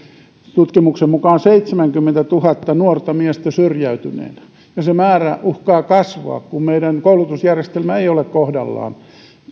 tutkimuksen mukaan seitsemänkymmentätuhatta nuorta miestä syrjäytyneenä ja se määrä uhkaa kasvaa kun meidän koulutusjärjestelmä ei ole kohdallaan